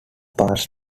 past